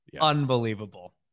unbelievable